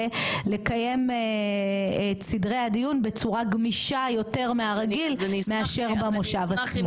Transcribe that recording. האלה לקיים את סדרי הדיון בצורה גמישה יותר מהרגיל מאשר במושב עצמו.